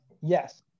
yes